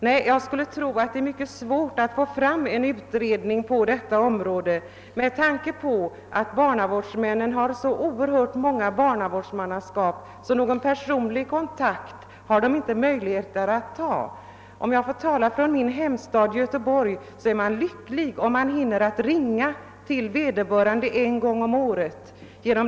Nej, jag skulle tro att det är mycket svårt att göra en utredning på det här området med tanke på att barnavårdsmännen har så oerhört många barnavårdsmannaskap att de inte kan ta någon personlig kontakt. Om jag får tala om min egen hemstad Göteborg kan jag nämna, att man är lycklig om man hinner ringa till vederbörande en gång om året.